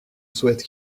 souhaite